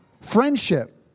friendship